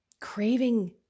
Craving